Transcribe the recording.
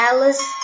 Alice